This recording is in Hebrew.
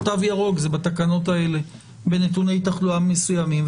תו ירוק זה בתקנות האלה בנתוני תחלואה מסוימים,